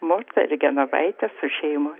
morta ir genovaitė su šeima